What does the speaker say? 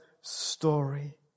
story